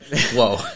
whoa